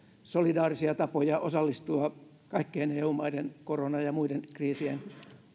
solidaarisia tapoja osallistua kaikkien eu maiden korona ja muiden kriisin